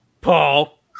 Paul